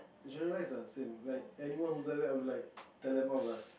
generalised lah same like anyone who does that I would like tell them off ya